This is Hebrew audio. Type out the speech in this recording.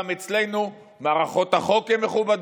ולהגיד: גם אצלנו מערכות החוק הן מכובדות,